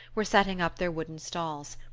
were setting up their wooden stalls.